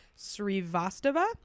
srivastava